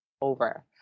over